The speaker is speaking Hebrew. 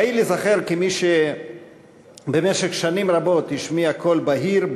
פעיל ייזכר כמי שבמשך שנים רבות השמיע קול בהיר,